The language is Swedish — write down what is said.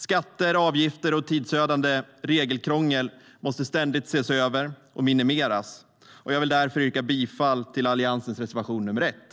Skatter, avgifter och tidsödande regelkrångel måste ständigt ses över och minimeras. Jag vill därför yrka bifall till Alliansens reservation nr 1.